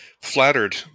flattered